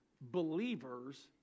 Believers